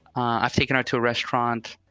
i've taken her to a restaurant.